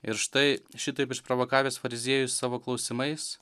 ir štai šitaip išprovokavęs fariziejus savo klausimais